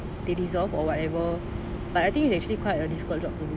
they deserve or whatever but I think it's actually quite a difficult job to do lah